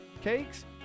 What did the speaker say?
cakes